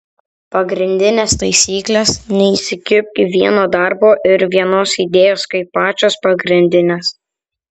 pagrindinės taisyklės neįsikibk vieno darbo ir vienos idėjos kaip pačios pagrindinės